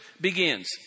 begins